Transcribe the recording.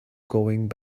going